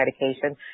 medication